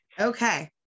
Okay